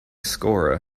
scorer